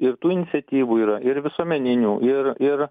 ir tų iniciatyvų yra ir visuomeninių ir ir